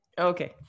Okay